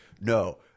no